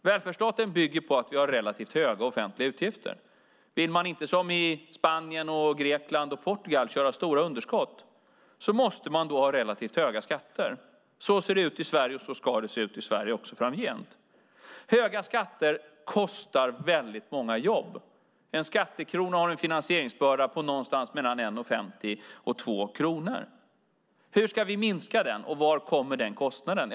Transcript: Välfärdsstaten bygger på att vi har relativt höga offentliga utgifter. Vill man inte som i Spanien, Grekland och Portugal köra med stora underskott måste man ha relativt höga skatter. Så ser det ut i Sverige, och så ska det se ut i Sverige också framgent. Höga skatter kostar väldigt många jobb. En skattekrona har en finansieringsbörda på någonstans mellan 1:50 och 2 kronor. Hur ska vi minska den, och var kommer den kostnaden?